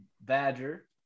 Badger